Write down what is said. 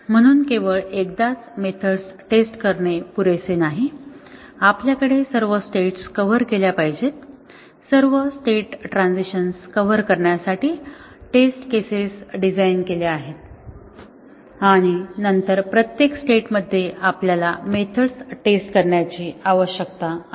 म्हणून केवळ एकदाच मेथड्स टेस्ट करणे पुरेसे नाही आपल्याकडे सर्व स्टेट्स कव्हर केल्या पाहिजे सर्व स्टेट ट्रांझिशन्स कव्हर करण्यासाठी टेस्ट केसेस डिझाइन केली आहेत आणि नंतर प्रत्येक स्टेटमध्ये आपल्याला मेथड्स टेस्ट करण्याची आवश्यकता आहे